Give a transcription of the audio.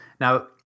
Now